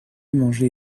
manger